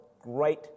great